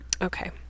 Okay